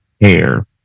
hair